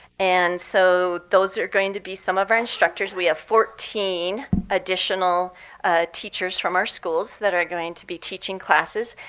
and so those are going to be some of our instructors. we have fourteen additional teachers from our schools that are going to be teaching classes.